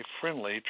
friendly